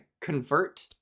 convert